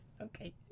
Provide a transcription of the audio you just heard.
Okay